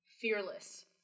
fearless